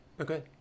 Okay